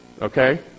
okay